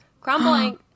Crumbling